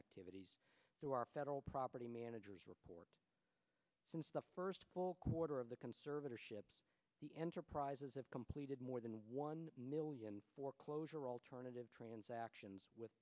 activities through our federal property managers report since the first quarter of the conservatorship the enterprises have completed more than one million foreclosure alternative transactions with